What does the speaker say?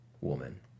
woman